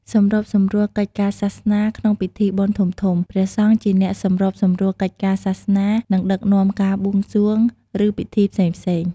ព្រះអង្គធានាថាភ្ញៀវអាចចូលរួមក្នុងពិធីដោយរលូន និងយល់អំពីអត្ថន័យនៃកិច្ចពិធីនីមួយៗ។